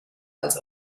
als